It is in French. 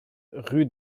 rue